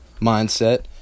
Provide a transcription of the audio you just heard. mindset